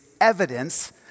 evidence